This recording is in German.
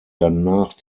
danach